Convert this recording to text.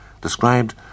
described